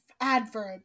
adverb